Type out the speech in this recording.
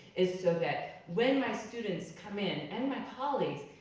is so that when my students come in, and my colleagues,